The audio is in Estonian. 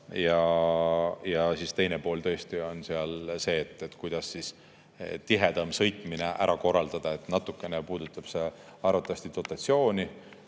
Ja teine pool tõesti on see, kuidas tihedam sõitmine ära korraldada. Natukene puudutab see arvatavasti dotatsiooni,